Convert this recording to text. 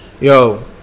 Yo